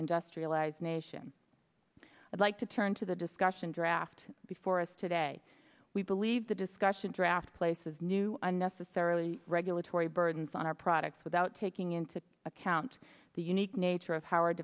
industrialized nation i'd like to turn to the discussion draft before us today we believe the discussion draft places new unnecessarily regulatory burdens on our products without taking into account the unique nature of how